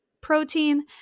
protein